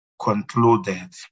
concluded